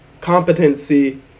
competency